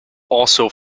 also